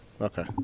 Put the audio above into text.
Okay